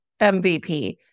MVP